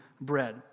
bread